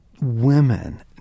women